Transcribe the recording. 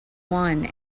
one